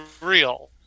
real